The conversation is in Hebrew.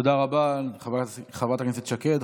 תודה רבה, חברת הכנסת שקד.